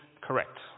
correct